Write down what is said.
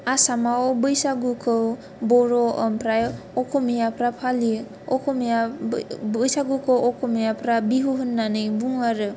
आसामाव बैसागुखौ बर' ओमफ्राय अखमियाफ्रा फालियो असमिया बैसागुखौ असमियाफ्रा बिहु होन्नानै बुङो आरो